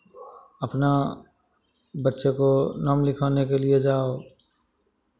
अपना बच्चे को नाम लिखाने के लिए जाओ